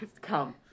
Come